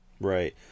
Right